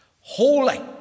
holy